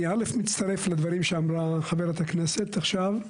אני א' מצטרף לדברים שאמרה חברת הכנסת עכשיו.